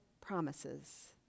promises